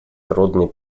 трудный